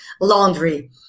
laundry